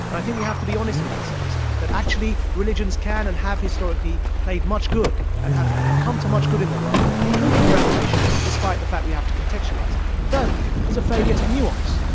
and i think we have to be honest with ourselves, that actually religions can and have historically played much good and have have come to much good in the world, including the reformation despite the fact we have to contextualize it. thirdly, there's a failure to nuance,